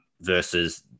versus –